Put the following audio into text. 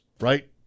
right